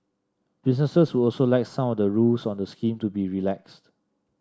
businesses would also like some of the rules on the scheme to be relaxed